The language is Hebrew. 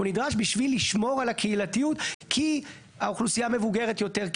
הוא נדרש בשביל לשמור על הקהילתיות כי אוכלוסייה מבוגרת יותר,